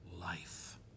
Life